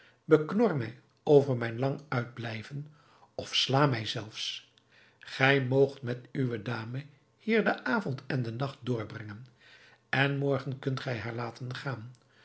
beknor mij over mijn lang uitblijven of sla mij zelfs gij moogt met uwe dame hier den avond en den nacht doorbrengen en morgen kunt gij haar laten gaan